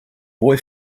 boy